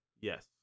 Yes